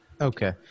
Okay